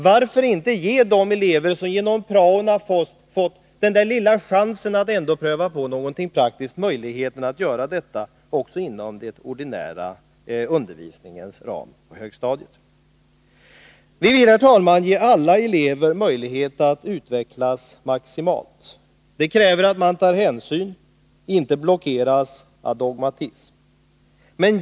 Varför inte ge de elever som genom prao har fått den där lilla chansen att pröva på något praktiskt möjlighet att göra detta också inom den ordinarie undervisningens ram på högstadiet? Vi vill, herr talman, ge alla elever möjlighet att utvecklas maximalt. Det kräver att man tar hänsyn — inte blockeras av dogmatism.